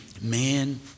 man